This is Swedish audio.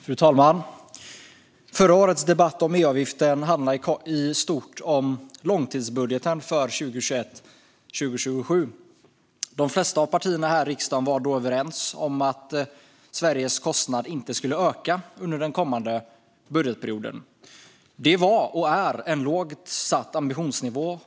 Fru talman! Förra årets debatt om EU-avgiften handlade i stort om långtidsbudgeten för 2021-2027. De flesta av partierna här i riksdagen var då överens om att Sveriges kostnad inte skulle öka under den kommande budgetperioden. Det var - och är - en lågt satt ambitionsnivå.